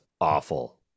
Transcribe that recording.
awful